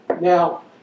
Now